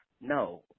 No